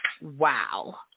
Wow